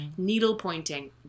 needlepointing